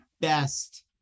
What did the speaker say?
best